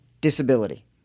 disability